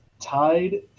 tied